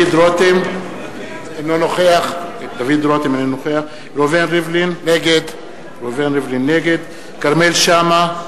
דוד רותם, אינו נוכח ראובן ריבלין, נגד כרמל שאמה,